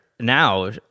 Now